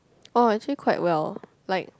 oh actually quite well like